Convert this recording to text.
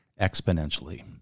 exponentially